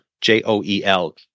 j-o-e-l